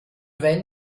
wenn